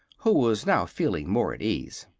who was now feeling more at ease.